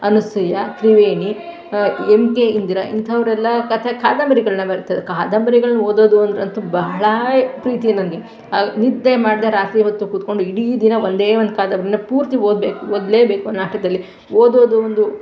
Anasuya Triveni M K Indira ಇಂಥವ್ರೆಲ್ಲ ಕಥೆ ಕಾದಂಬರಿಗಳನ್ನು ಬರಿತಾಯಿದ್ದರು ಕಾದಂಬರಿಗಳನ್ನು ಓದೋದು ಅಂದರೆ ಅಂತೂ ಬಹಳಾ ಪ್ರೀತಿ ನನಗೆ ನಿದ್ದೆ ಮಾಡದೆ ರಾತ್ರಿ ಹೊತ್ತು ಕೂತ್ಕೊಂಡು ಇಡೀ ದಿನ ಒಂದೇ ಒಂದು ಕಾದಂಬರಿನ ಪೂರ್ತಿ ಓದಬೇಕು ಓದಲೇಬೇಕು ಅನ್ನೋ ಹಠದಲ್ಲಿ ಓದೋದು ಒಂದು